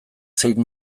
zein